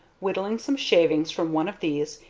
whittling some shavings from one of these,